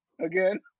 again